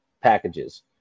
packages